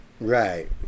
Right